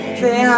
say